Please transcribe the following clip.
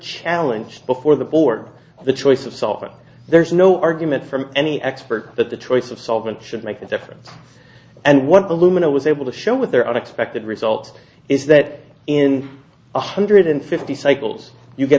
challenge before the board the choice of solving there's no argument from any expert that the choice of solvent should make a difference and one of the lumina was able to show with their unexpected result is that in one hundred and fifty cycles you get